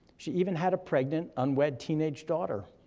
she even had a pregnant, unwed teenage daughter.